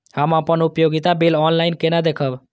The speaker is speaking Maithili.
हम अपन उपयोगिता बिल ऑनलाइन केना देखब?